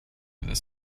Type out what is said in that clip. this